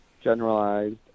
generalized